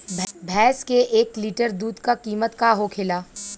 भैंस के एक लीटर दूध का कीमत का होखेला?